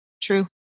true